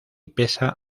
pesa